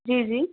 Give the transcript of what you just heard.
جی جی